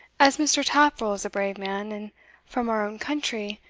as mr. taffril is a brave man, and from our own country,